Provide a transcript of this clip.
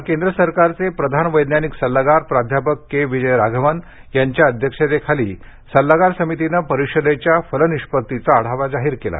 काल केंद्र सरकारचे प्रधान वैज्ञानिक सल्लागार प्राध्यापक के विजय राघवन यांच्या अध्यक्षतेखाली सल्लागार समितीने परषदेच्या फलनिष्पत्तीचा आढावा जाहीर केला